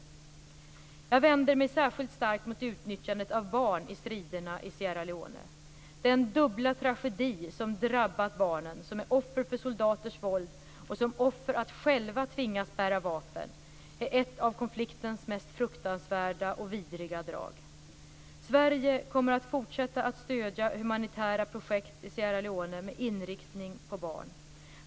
Jag vänder mig särskilt starkt mot utnyttjandet av barn i striderna i Sierra Leone. Den dubbla tragedi som drabbat barnen, som offer för soldaters våld och som offer att själva tvingas bära vapen, är ett av konfliktens mest fruktansvärda och vidriga drag. Sverige kommer att fortsätta att stödja humanitära projekt i Sierra Leone med inriktning på barn.